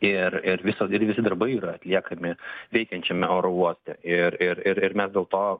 ir ir viso ir visi darbai yra atliekami veikiančiame oro uoste ir ir ir ir mes dėl to